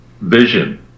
vision